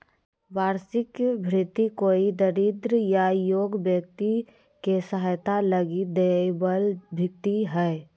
वार्षिक भृति कोई दरिद्र या योग्य व्यक्ति के सहायता लगी दैबल भित्ती हइ